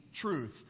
truth